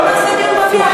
בואו נעשה דיון במליאה.